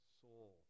soul